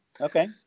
Okay